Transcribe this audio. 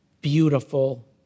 beautiful